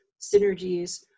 synergies